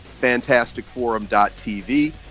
fantasticforum.tv